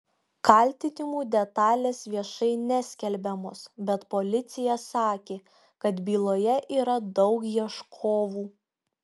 kaltinimų detalės viešai neskelbiamos bet policija sakė kad byloje yra daug ieškovų